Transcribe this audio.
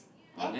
there